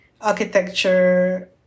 architecture